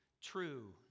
true